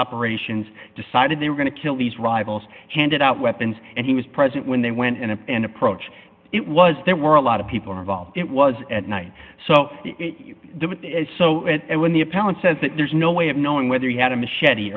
operations decided they were going to kill these rivals handed out weapons and he was present when they went in and approach it was there were a lot of people involved it was at night so so when the appellant says that there's no way of knowing whether he had a machete